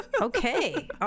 Okay